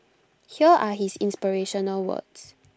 here are his inspirational words